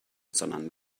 sondern